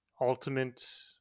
ultimate